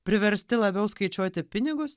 priversti labiau skaičiuoti pinigus